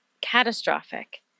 catastrophic